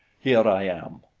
here i am.